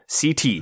CT